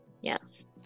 Yes